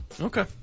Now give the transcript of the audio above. Okay